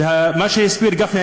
ומה שהסביר גפני,